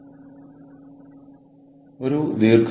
അങ്ങോട്ടും ഇങ്ങോട്ടും ചില കാര്യങ്ങൾ ചെയ്യാം